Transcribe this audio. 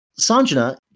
Sanjana